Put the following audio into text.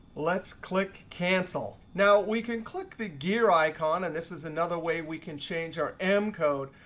let's click cancel. now we can click the gear icon, and this is another way we can change our m code.